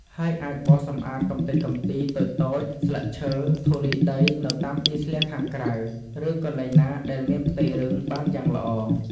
ហើយអាចបោសសម្អាតកម្ទេចកំទីតូចៗ ស្លឹកឈើ ធូលីដីនៅតាមទីធ្លាខាងក្រៅ ឬកន្លែងណាដែលមានផ្ទៃរឹងបានយ៉ាងល្អ។